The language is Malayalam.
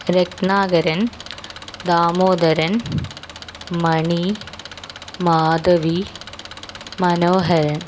രത്നാകരൻ ദാമോദരൻ മണി മാധവി മനോഹരൻ